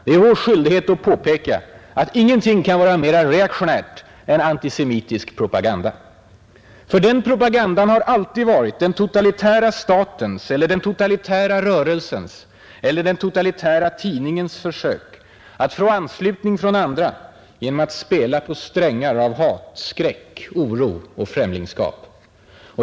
Det är vår skyldighet att påpeka att ingenting kan vara mer reaktionärt än antisemitisk propaganda. För den propagandan har alltid varit den totalitära statens eller den totalitära rörelsens eller den totalitära tidningens försök att få anslutning från andra genom att spela på strängar av hat, skräck, oro och främlingskap.